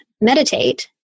meditate